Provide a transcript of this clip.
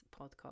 podcast